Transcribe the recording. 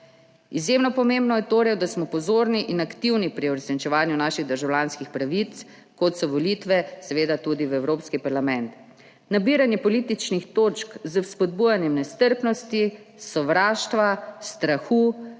Izjemno pomembno je torej, da smo pozorni in aktivni pri uresničevanju naših državljanskih pravic, kot so volitve, seveda tudi v Evropski parlament. Nabiranje političnih točk s spodbujanjem nestrpnosti, sovraštva, strahu,